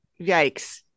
yikes